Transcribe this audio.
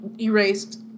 erased